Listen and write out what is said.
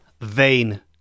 vain